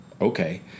Okay